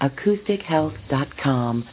AcousticHealth.com